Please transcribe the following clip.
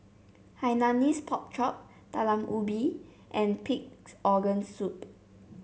Hainanese Pork Chop Talam Ubi and Pig's Organ Soup